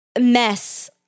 mess